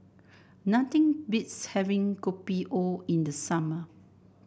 nothing beats having Kopi O in the summer